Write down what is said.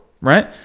right